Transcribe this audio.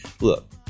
Look